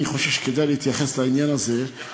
אני חושב שכדאי להתייחס לעניין הזה, התייחסתי.